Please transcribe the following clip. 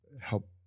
help